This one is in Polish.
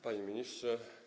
Panie Ministrze!